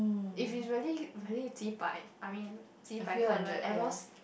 if it's really really 几百: ji bai I mean 几百个人 at most